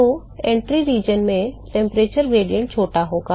तो प्रवेश क्षेत्र में तापमान ढाल छोटा होगा